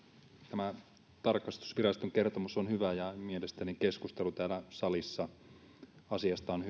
tämä tarkastusviraston kertomus on hyvä ja mielestäni keskustelu asiasta täällä salissa on